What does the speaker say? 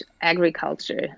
agriculture